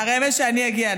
הרמז שאני אגיע.